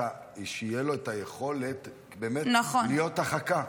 שתהיה לו היכולת להיות החכה.